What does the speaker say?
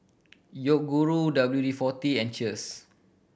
Yoguru W D Forty and Cheers